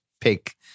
pick